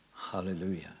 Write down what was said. hallelujah